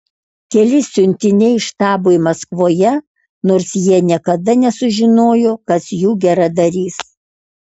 keli siuntiniai štabui maskvoje nors jie niekada nesužinojo kas jų geradarys